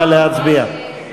נא להצביע.